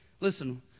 Listen